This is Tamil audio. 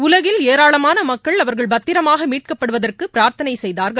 உலகில் ஏராளமானமக்கள் அவர்கள் பத்திரமாகமீட்கப்படுவதற்குபிரார்த்தனைசெய்தார்கள்